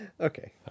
Okay